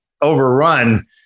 overrun